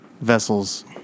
vessels